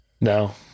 no